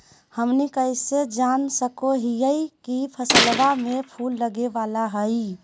हमनी कइसे जान सको हीयइ की फसलबा में फूल लगे वाला हइ?